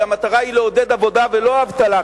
כי המטרה היא לעודד עבודה ולא אבטלה,